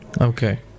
Okay